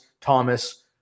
Thomas